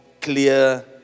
clear